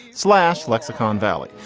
slash lexicon valley.